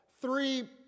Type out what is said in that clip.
three